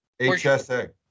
HSA